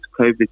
covid